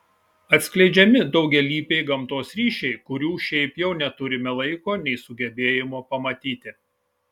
atskleidžiami daugialypiai gamtos ryšiai kurių šiaip jau neturime laiko nei sugebėjimo pamatyti